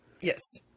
Yes